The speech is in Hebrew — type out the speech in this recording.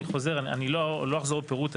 אני לא אחזור על עוד פירוט,